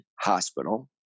hospital